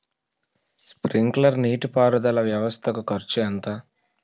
Sprinkler నీటిపారుదల వ్వవస్థ కు ఖర్చు ఎంత?